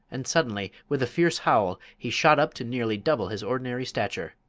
and suddenly, with a fierce howl, he shot up to nearly double his ordinary stature.